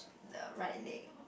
the right leg